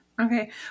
okay